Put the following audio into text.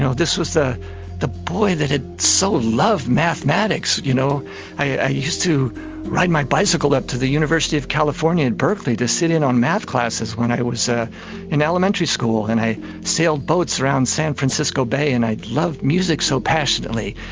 so this was the the boy that had so loved mathematics. you know i used to ride my bicycle up to the university of california in berkeley to sit in on maths classes when i was ah in elementary school. and i sailed boats around san francisco bay and i'd loved music so passionately,